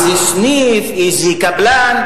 התרבות והספורט נתקבלה.